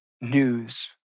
news